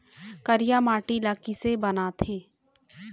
करिया माटी ला किसे बनाथे?